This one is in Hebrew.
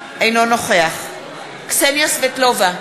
אינו נוכח קסניה סבטלובה,